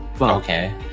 Okay